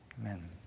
Amen